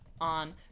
on